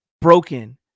broken